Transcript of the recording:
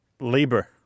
labor